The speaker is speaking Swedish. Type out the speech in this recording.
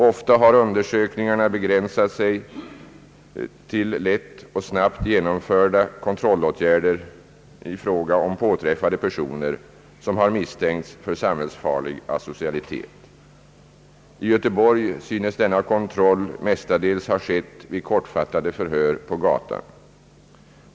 Ofta har undersökningarna begränsat sig till lätt och snabbt genomförda kontrollåtgärder i fråga om påträffade personer som misstänkts för samhällsfarlig asocialitet. I Göteborg synes denna kontroll mestadels ha skett vid kortfattade förhör på gatan.